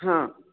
हां